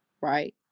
right